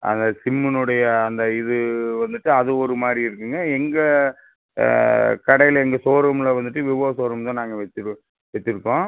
அந்த சிம்மினுடைய அந்த இது வந்துவிட்டு அது ஒரு மாதிரி இருக்குங்க எங்கள் கடையில் எங்கள் ஷோரூமில் வந்துவிட்டு விவோ ஷோரூம் தான் நாங்கள் வச்சு வச்சுருக்கோம்